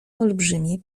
olbrzymie